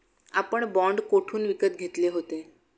आपण बाँड कोठून विकत घेतले होते?